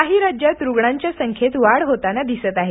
काही राज्यात रुग्णांच्या संख्येत वाढ होताना दिसत आहे